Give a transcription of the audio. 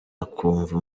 akumva